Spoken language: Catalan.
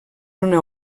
una